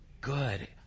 good